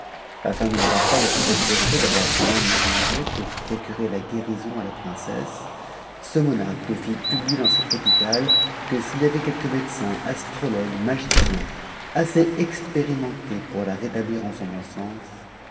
afin de n'avoir pas à se reprocher d'avoir i négligé pour procurer laguérison à la princesse ce monarque fit pub dans sa capitale que s'il y avait quelque médecin astrologue mag en assez expérimenté pour la rétablir en son bon sens